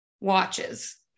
watches